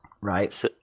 right